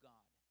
God